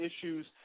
issues